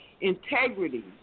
Integrity